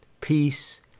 peace